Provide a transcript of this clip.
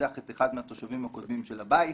רוצח את אחד מהתושבים הקודמים של הבית,